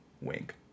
wink